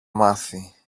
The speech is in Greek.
μάθει